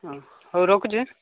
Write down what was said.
ହଁ ହଉ ରଖୁଛି